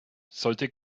sollte